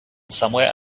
somewhere